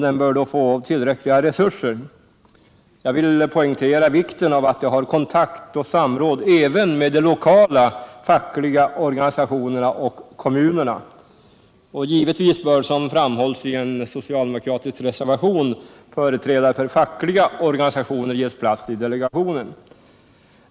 Den bör då få tillräckliga resurser. Jag vill poängtera vikten av att den har kontakt och samråd även med de lokala fackliga organisationerna och kommunerna. Givetvis bör, som framhålls i en socialdemokratisk reservation, företrädare för fackliga organisationer ges plats i delegationen.